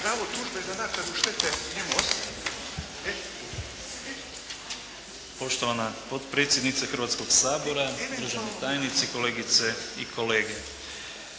Poštovana potpredsjednice Hrvatskoga sabora, državni tajnici, kolegice i kolege.